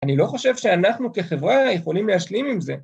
‫אני לא חושב שאנחנו כחברה ‫יכולים להשלים עם זה.